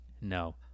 No